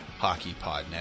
HockeyPodNet